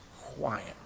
quiet